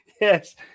Yes